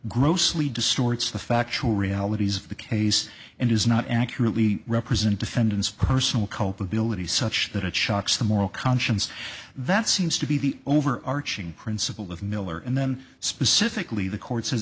grossly distorts the factual realities of the case and does not accurately represent defendant's personal culpability such that it shocks the moral conscience that seems to be the overarching principle of miller and then specifically the court says